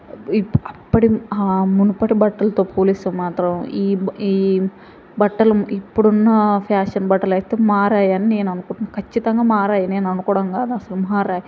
అప్పటి మునుపటి బట్టలతో పోలిస్తే మాత్రం ఈ బ ఈ బట్టలు ఇప్పుడున్న ఫ్యాషన్ బట్టలు అయితే మారాయని నేను అనుకుంటున్నాను ఖచ్చితంగా మారాయి నేను అనుకోవడం కాదు అసలు మారాయి